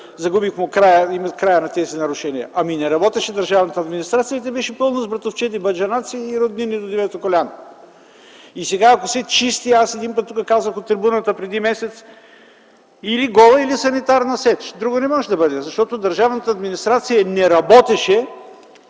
загубих края на тези нарушения. Ами не работеше държавната администрация, защото беше пълна с братовчеди, баджанаци и роднини до девето коляно. И сега, ако се чисти, аз един път го казах от трибуната преди месец - или гола, или санитарна сеч! Друго не може да бъде, защото държавната администрация не работеше.